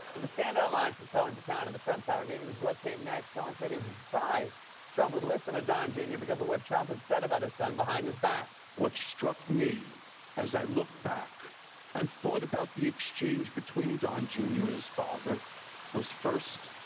the standout line from cohen's account of the trump tower meeting is what came next. cohen said he was surprised trump would listen to don jr. because of what trump had said about his son behind his back. what struck me as i look back and thought about the exchange between don jr. and his father was first,